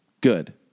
Good